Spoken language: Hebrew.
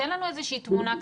תן לנו איזה שהיא תמונה,